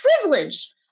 privilege